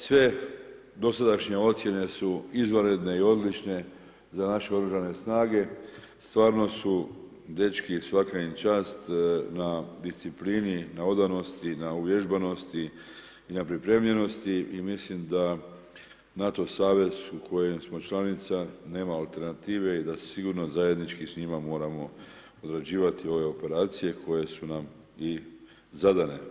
Sve dosadašnje ocjene su izvanredne i odlične za naše OS, stvarno su dečki svaka im čast na disciplini, na odanosti, na uvježbanosti i na pripremljenosti i mislim da NATO savez u kojem smo članica, nema alternative i da se sigurno zajednički s njima moramo odrađivati ove operacije koje su nam i zadane.